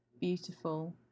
beautiful